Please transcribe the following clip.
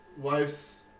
wife's